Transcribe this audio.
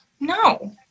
no